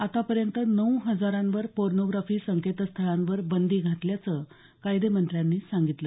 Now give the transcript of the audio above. आतापर्यंत नऊ हजारावर पोर्नोग्राफी संकेतस्थळांवर बंदी घातल्याचं कायदेमंत्र्यांनी सांगितलं